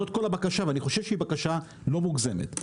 גם את הבסיס המדינה לא נותנת באופן שווה.